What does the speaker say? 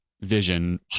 vision